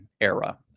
era